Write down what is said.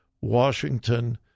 Washington